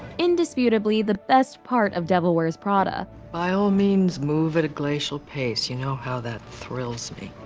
indisputably the best part of devil wears prada by all means, move at a glacial pace. you know how that thrills me.